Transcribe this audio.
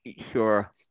sure